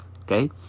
okay